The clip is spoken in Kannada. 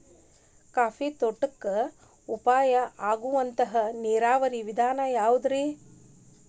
ಕಾಫಿ ತೋಟಕ್ಕ ಉಪಾಯ ಆಗುವಂತ ನೇರಾವರಿ ವಿಧಾನ ಯಾವುದ್ರೇ?